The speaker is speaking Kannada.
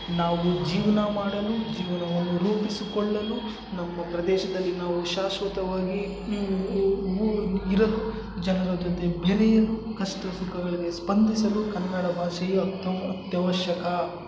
ನಾವು ಜೀವನ ಮಾಡಲು ಜೀವನವನ್ನು ರೂಪಿಸಿಕೊಳ್ಳಲು ನಮ್ಮ ಪ್ರದೇಶದಲ್ಲಿ ನಾವು ಶಾಶ್ವತವಾಗಿ ಇರಲು ಜನ್ರ ಜೊತೆ ಬೆರೆಯಲು ಕಷ್ಟ ಸುಖಗಳಿಗೆ ಸ್ಪಂದಿಸಲು ಕನ್ನಡ ಭಾಷೆಯು ಅತೀ ಅತ್ಯವಶ್ಯಕ